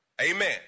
Amen